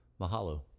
Mahalo